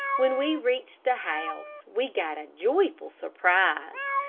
when we reached the house, we got a joyful surprise.